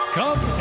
come